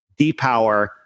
depower